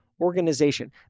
organization